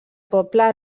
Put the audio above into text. poble